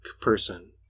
person